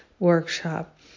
Workshop